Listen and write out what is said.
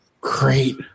great